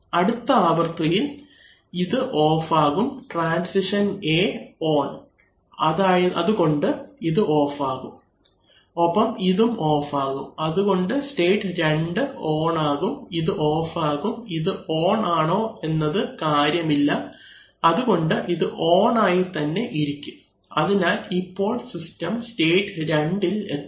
അടുത്ത ആവൃത്തിയിൽ ഇത് ഓഫ് ആകും ട്രാൻസിഷൻ A ഓൺ അതുകൊണ്ട് ഇത് ഓഫ് ആകും ഒപ്പം ഇതും ഓഫ് ആകും അതുകൊണ്ട് സ്റ്റേറ്റ് 2 ഓൺ ആകും ഇത് ഓഫ് ആകും ഇത് ഓൺ ആണോ എന്നത് കാര്യമില്ല അതുകൊണ്ട് ഇത് ഓൺ ആയി തന്നെ ഇരിക്കും അതിനാൽ ഇപ്പോൾ സിസ്റ്റം സ്റ്റേറ്റ് 2 എത്തും